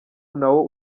nawo